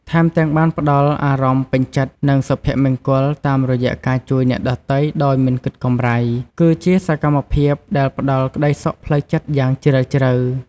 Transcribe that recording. ថែមទាំងបានផ្ដល់អារម្មណ៍ពេញចិត្ត និងសុភមង្គលតាមរយៈការជួយអ្នកដទៃដោយមិនគិតកម្រៃ គឺជាសកម្មភាពដែលផ្ដល់ក្ដីសុខផ្លូវចិត្តយ៉ាងជ្រាលជ្រៅ។